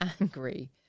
angry